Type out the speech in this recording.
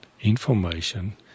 information